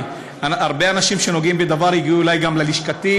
הרבה אנשים שנוגעים בדבר הגיעו גם ללשכתי,